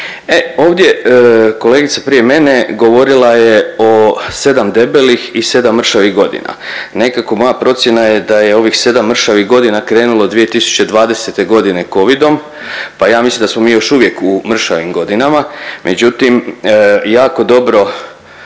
ovdje kolegica prije mene govorila je o 7 debelih i 7 mršavih godina. Nekako moja procjena je da je ovih 7 mršavih godina krenulo 2020. godine covidom, pa ja mislim da smo mi još uvijek u mršavim godinama. Međutim, jako dobro